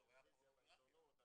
בטלוויזיה ובעיתונות.